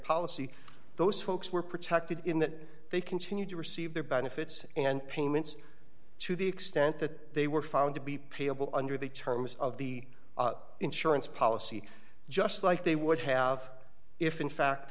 policy those folks were protected in that they continued to receive their benefits and payments to the extent that they were found to be payable under the terms of the insurance policy just like they would have if in fact